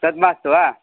तद् मास्तु वा